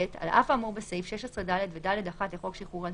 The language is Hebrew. (ב)על אף האמור בסעיף 16(ד) ו-(ד1) לחוק שחרור על-תנאי,